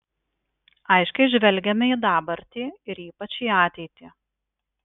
aiškiai žvelgiame į dabartį ir ypač į ateitį